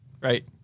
Right